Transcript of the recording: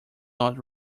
not